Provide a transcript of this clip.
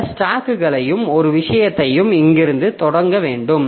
இந்த ஸ்டாக்கையும் இந்த விஷயத்தையும் இங்கிருந்து தொடங்க வேண்டும்